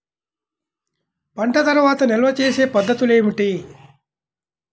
పంట తర్వాత నిల్వ చేసే పద్ధతులు ఏమిటి?